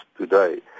today